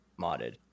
modded